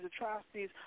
atrocities